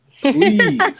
Please